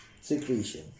secretion